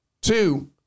Two